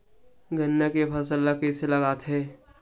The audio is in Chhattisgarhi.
गन्ना के फसल ल कइसे लगाथे?